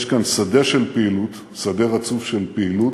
יש כאן שדה של פעילות, שדה רצוף של פעילות,